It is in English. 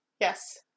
Yes